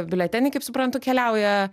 biuleteniai kaip suprantu keliauja